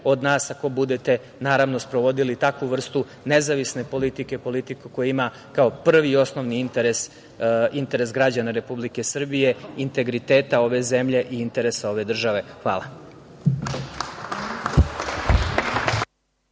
od nas ako budete sprovodili takvu vrstu nezavisne politike, politiku koja ima kao prvi i osnovni interes - interes građana Republike Srbije, integriteta ove zemlje i interesa ove države. Hvala.